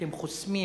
אתם חוסמים